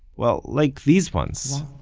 well, like these ones,